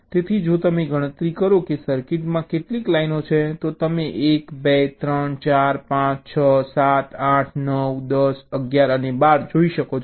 તેથી જો તમે ગણતરી કરો કે સર્કિટમાં કેટલી લાઇનો છે તો તમે 1 2 3 4 5 6 7 8 9 10 11 અને 12 જોઈ શકો છો